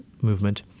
movement